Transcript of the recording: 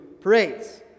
parades